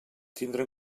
tindre